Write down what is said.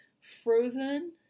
Frozen